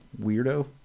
weirdo